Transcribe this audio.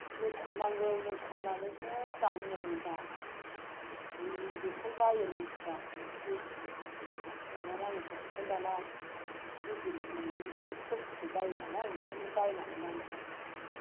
नो खननांगौ नो खननानैसो दानो मोनो दा जि बेखौनो बायो मानसिफ्रा बिदि गो माबानांगौखाय ओंखायनो दाना रेदिमेद मोननाय बेबायदि खस्त'खौ बायो नालाय ओंखायनो बायनानै गानो मानसिफ्रा